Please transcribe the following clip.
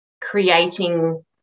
creating